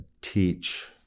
teach